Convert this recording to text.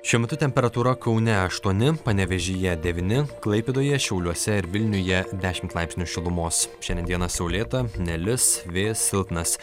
šiuo metu temperatūra kaune aštuoni panevėžyje devyni klaipėdoje šiauliuose ir vilniuje dešimt laipsnių šilumos šiandien dieną saulėta nelis vėjas silpnas